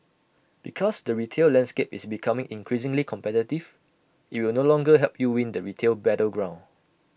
because the retail landscape is becoming increasingly competitive IT will no longer help you win the retail battleground